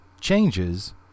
changes